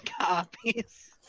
copies